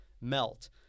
melt